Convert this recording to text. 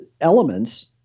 elements